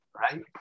right